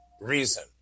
reason